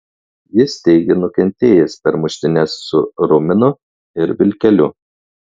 jis teigė nukentėjęs per muštynes su ruminu ir vilkeliu